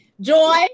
Joy